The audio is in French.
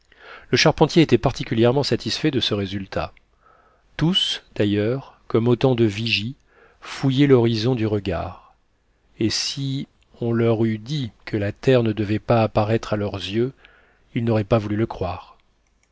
le charpentier était particulièrement satisfait de ce résultat tous d'ailleurs comme autant de vigies fouillaient l'horizon du regard et si on leur eût dit que la terre ne devait pas apparaître à leurs yeux ils n'auraient pas voulu le croire